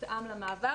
יותאם למעבר.